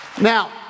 Now